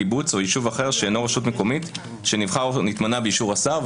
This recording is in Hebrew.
קיבוץ או יישוב אחר שאינו רשות מקומית שנבחר או התמנה באישור השר.